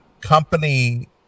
company